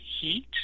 heat